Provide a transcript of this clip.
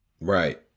right